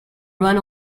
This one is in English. run